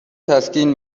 تسکین